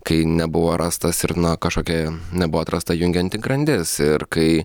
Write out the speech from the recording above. kai nebuvo rastas ir na kažkokia nebuvo atrasta jungianti grandis ir kai